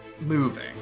moving